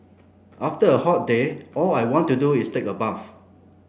after a hot day all I want to do is take a bath